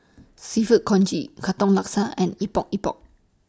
Seafood Congee Katong Laksa and Epok Epok